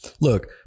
Look